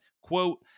quote